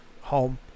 home